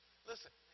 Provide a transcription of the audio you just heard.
Listen